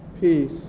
peace